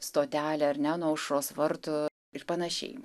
stotelė ar ne nuo aušros vartų ir panašiai